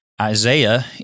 Isaiah